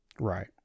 Right